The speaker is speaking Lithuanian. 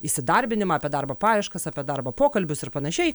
įsidarbinimą apie darbo paieškas apie darbo pokalbius ir panašiai